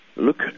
Look